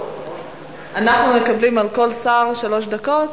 אנחנו מקבלים על כל שר שלוש דקות?